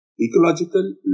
ecological